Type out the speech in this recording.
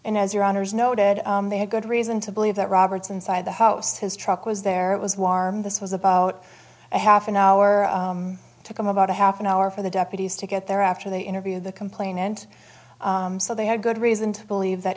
and as your honour's noted they had good reason to believe that robert's inside the house his truck was there it was warm this was about a half an hour took him about a half an hour for the deputies to get there after they interviewed the complainant so they had good reason to believe that